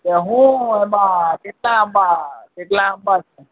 તે શું એમાં કેટલા આંબા કેટલા આંબા છે